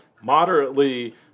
moderately